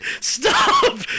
stop